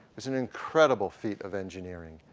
it's an incredible feat of engineering.